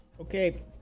Okay